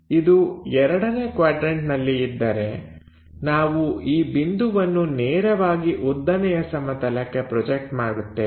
ಇದು ಎರಡನೇ ಕ್ವಾಡ್ರನ್ಟನಲ್ಲಿ ಇದ್ದರೆ ನಾವು ಈ ಬಿಂದುವನ್ನು ನೇರವಾಗಿ ಉದ್ದನೆಯ ಸಮತಲಕ್ಕೆ ಪ್ರೊಜೆಕ್ಟ್ ಮಾಡುತ್ತೇವೆ